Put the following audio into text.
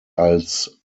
als